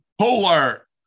Polar